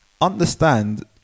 understand